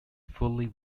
fully